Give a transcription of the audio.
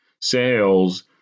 Sales